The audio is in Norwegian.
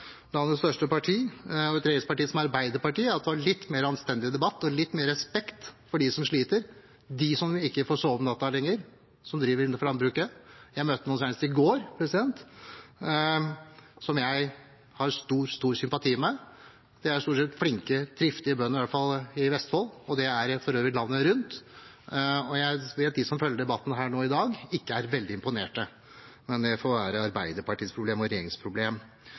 landets største parti, et regjeringsparti som Arbeiderpartiet, var en litt mer anstendig debatt og litt mer respekt for dem som sliter, de som driver innenfor landbruket og som ikke lenger får sove om natten. Jeg møtte senest i går noen som jeg har stor sympati med. Det er stort sett flinke, driftige bønder, i hvert fall i Vestfold – og for øvrig landet rundt. Jeg vet at de som følger debatten her i dag, ikke er veldig imponerte, men det får være Arbeiderpartiet og regjeringens problem. Så hilser jeg heller velkommen senere og